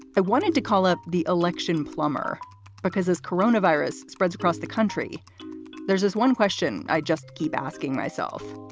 i wanted to call up the election plumber because his corona virus spreads across the country there's this one question i just keep asking myself,